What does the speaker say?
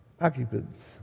Occupants